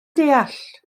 deall